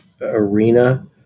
arena